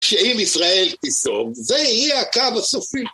שאם ישראל תסוג, זה יהיה הקו הסופי.